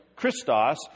Christos